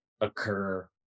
occur